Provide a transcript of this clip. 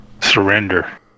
surrender